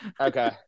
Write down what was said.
okay